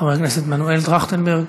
חבר הכנסת מנואל טרכטנברג,